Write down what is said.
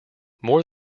more